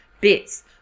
bits